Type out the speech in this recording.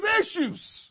issues